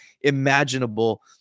imaginable